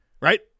Right